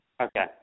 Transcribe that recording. okay